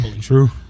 true